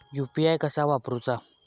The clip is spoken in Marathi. यू.पी.आय कसा वापरूचा?